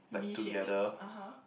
V shape uh huh